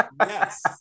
Yes